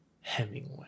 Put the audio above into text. hemingway